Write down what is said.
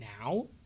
now